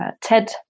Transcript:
TED